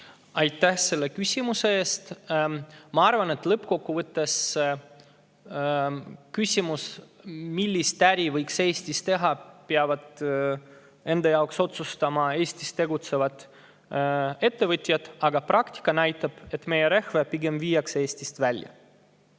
Aitäh selle küsimuse eest! Ma arvan, et seda, millist äri võiks Eestis teha, peavad lõppkokkuvõttes enda jaoks otsustama Eestis tegutsevad ettevõtjad. Aga praktika näitab, et meie rehve pigem viiakse Eestist välja.